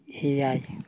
ᱮᱭᱟᱭ